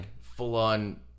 full-on